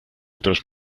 otros